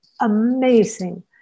amazing